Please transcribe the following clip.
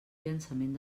llançament